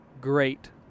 great